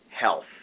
health